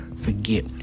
forget